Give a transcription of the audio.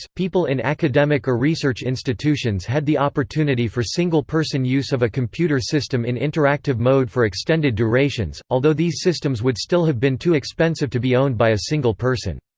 people in academic or research institutions had the opportunity for single-person use of a system in interactive mode for extended durations, although these systems would still have been too expensive to be owned by a single person.